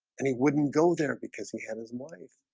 and he wouldn't go there because he had his money